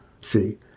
See